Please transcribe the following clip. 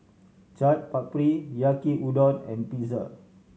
Chaat Papri Yaki Udon and Pizza